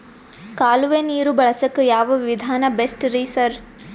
ಕಾಲುವೆ ನೀರು ಬಳಸಕ್ಕ್ ಯಾವ್ ವಿಧಾನ ಬೆಸ್ಟ್ ರಿ ಸರ್?